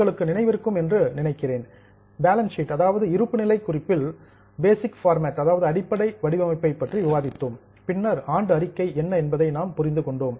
உங்களுக்கு நினைவிருக்கும் என்று நினைக்கிறேன் பேலன்ஸ் ஷீட் இருப்புநிலை குறிப்பில் பேசிக் ஃபார்மேட் அடிப்படை வடிவமைப்பை பற்றி விவாதித்தோம் பின்னர் அனுவல் ரிப்போர்ட் ஆண்டு அறிக்கை என்ன என்பதை நாம் புரிந்து கொண்டோம்